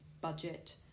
budget